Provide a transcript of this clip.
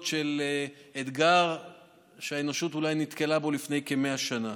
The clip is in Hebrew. של אתגר שהאנושות אולי נתקלה בו לפני כ-100 שנה.